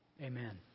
Amen